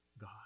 God